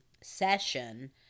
session